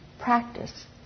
practice